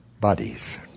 bodies